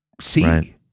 see